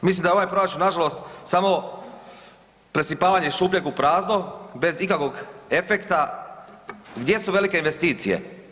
Mislim da ovaj proračun nažalost samo presipavanje iz šupljeg u prazno, bez ikakvog efekta, gdje su velike investicije?